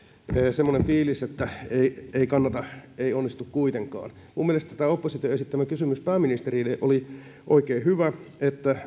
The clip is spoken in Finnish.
semmoinen fiilis että ei kannata ei onnistu kuitenkaan minun mielestäni tämä opposition esittämä kysymys pääministerille oli oikein hyvä että